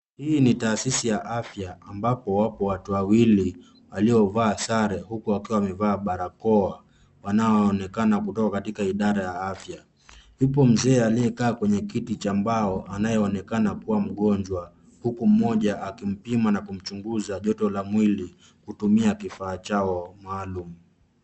Hii ni taasisi ya afya ambapo wapo watu wawili waliovaa sare huku wakiwa wamevaa barakoa wanaoonekana kutoka katika idara ya afya. Yupo mzee aliyekaa kwenye kiti cha mbao anayeonekana kuwa mgonjwa huku mmoja akimpima na kumchunguza joto la mwili kutumia kifaa chao maalum.